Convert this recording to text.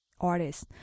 artist